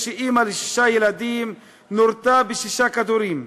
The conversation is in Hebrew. שאימא לשישה ילדים נורתה בשישה כדורים.